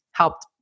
Helped